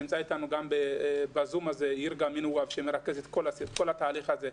מנווב שנמצא אתנו בזום שמרכז את כל התהליך הזה.